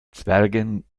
zwergen